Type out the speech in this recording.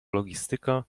logistyka